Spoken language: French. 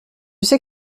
sais